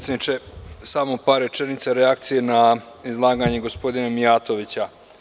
Smo par rečenica reakcije na izlaganje gospodina Mijatovića.